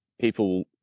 people